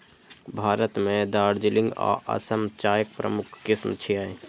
भारत मे दार्जिलिंग आ असम चायक प्रमुख किस्म छियै